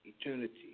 eternity